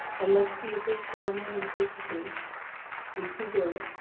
and let's be a big family and the big team we can do it.